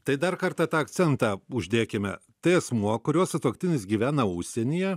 tai dar kartą tą akcentą uždėkime tai asmuo kurio sutuoktinis gyvena užsienyje